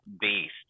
beast